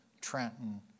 Trenton